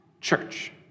church